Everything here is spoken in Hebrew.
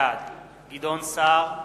בעד גדעון סער,